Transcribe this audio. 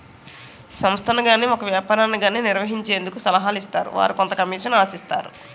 సంస్థను గాని ఒక వ్యాపారాన్ని గాని నిర్వహించేందుకు సలహాలు ఇస్తారు వారు కొంత కమిషన్ ఆశిస్తారు